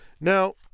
Now